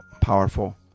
powerful